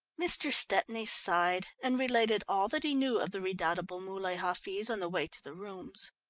mr. stepney sighed and related all that he knew of the redoubtable muley hafiz on the way to the rooms.